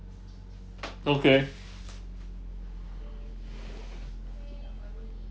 okay